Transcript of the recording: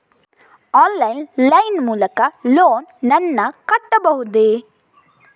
Online line ಮೂಲಕ loan ನನ್ನ ಕಟ್ಟಬಹುದೇ?